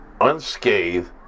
unscathed